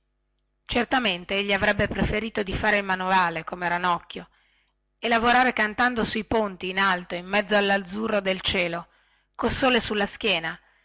certamente egli avrebbe preferito di fare il manovale come ranocchio e lavorare cantando sui ponti in alto in mezzo allazzurro del cielo col sole sulla schiena